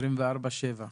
24/7,